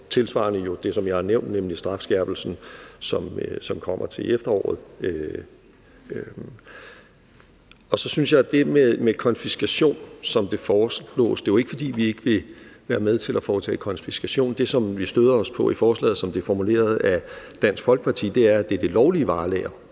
tilsvarende det, som jeg har nævnt, nemlig strafskærpelsen, som kommer til efteråret. Om det med konfiskation, som det foreslås, vil jeg sige: Det er jo ikke, fordi vi ikke vil være med til at foretage konfiskation. Det, som vi støder os på i forslaget, som det er formuleret af Dansk Folkeparti, er, at det er det lovlige varelager,